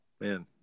Man